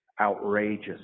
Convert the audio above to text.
outrageous